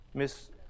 Miss